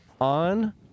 on